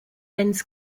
benz